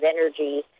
energy